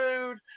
food